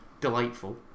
delightful